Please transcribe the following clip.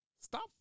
stop